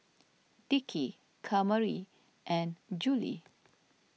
Dickie Kamari and Juli